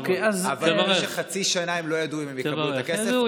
אבל חצי שנה הם לא ידעו אם הם יקבלו את הכסף,